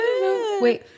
Wait